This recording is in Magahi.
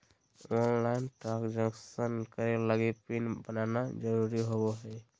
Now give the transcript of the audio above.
ऑनलाइन ट्रान्सजक्सेन करे लगी पिन बनाना जरुरी होबो हइ